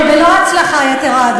בלא הצלחה יתרה,